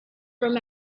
from